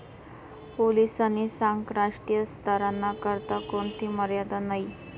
पोलीसनी सांगं राष्ट्रीय स्तरना करता कोणथी मर्यादा नयी